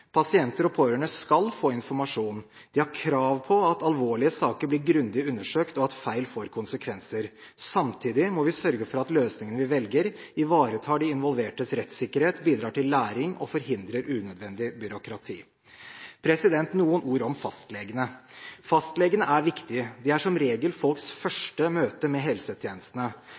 Pasienter og pårørende skal få informasjon. De har krav på at alvorlige saker blir grundig undersøkt, og at feil får konsekvenser. Samtidig må vi sørge for at løsningene vi velger, ivaretar de involvertes rettssikkerhet, bidrar til læring og forhindrer unødvendig byråkrati. Noen ord om fastlegene: Fastlegene er viktige, de er som regel folks første møte med helsetjenestene.